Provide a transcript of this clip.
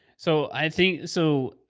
so, i think so.